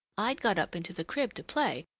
i'd got up into the crib to play,